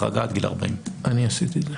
החרגה עד גיל 40. אני עשיתי את זה.